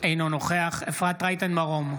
אינו נוכח אפרת רייטן מרום,